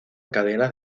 cadenas